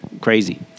crazy